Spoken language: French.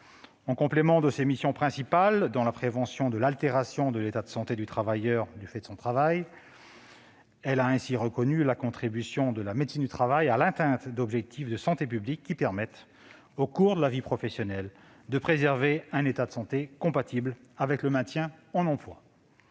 En complément de ses missions principales dans la prévention de l'altération de l'état de santé du travailleur du fait de son travail, elle a ainsi reconnu la contribution de la médecine du travail à l'atteinte d'objectifs de santé publique qui permettent, au cours de la vie professionnelle, de préserver un état de santé compatible avec le maintien en emploi.